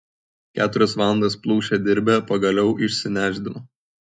keturias valandas plušę dirbę pagaliau išsinešdino